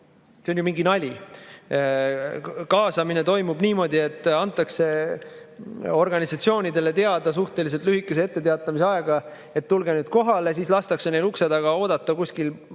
see on mingi nali. Kaasamine toimub niimoodi, et antakse organisatsioonidele teada suhteliselt lühikese etteteatamisajaga, et tulge kohale, siis lastakse neil ukse taga oodata kuskil, ma ei